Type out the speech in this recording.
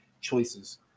choices